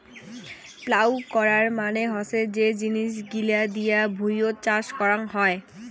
plough করাং মানে হসে যে জিনিস গিলা দিয়ে ভুঁইয়ত চাষ করং হই